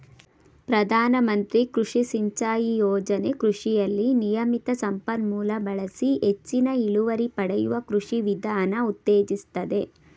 ಪ್ರಧಾನಮಂತ್ರಿ ಕೃಷಿ ಸಿಂಚಾಯಿ ಯೋಜನೆ ಕೃಷಿಯಲ್ಲಿ ನಿಯಮಿತ ಸಂಪನ್ಮೂಲ ಬಳಸಿ ಹೆಚ್ಚಿನ ಇಳುವರಿ ಪಡೆಯುವ ಕೃಷಿ ವಿಧಾನ ಉತ್ತೇಜಿಸ್ತದೆ